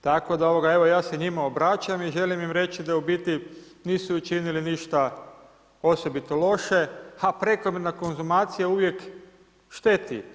Tako da ja se njima obraćam i želim im reći da je u biti nisu učinili ništa osobito loše, a prekomjerna konzumacija uvijek šteti.